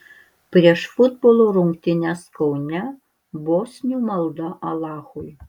prieš futbolo rungtynes kaune bosnių malda alachui